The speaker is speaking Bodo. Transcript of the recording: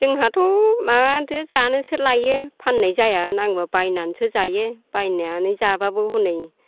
जोंहाथ' माथो जानोसो लायो फाननाय जाया नांगौब्ला बायनानैसो जायो बायनानै जाब्लाबो हनै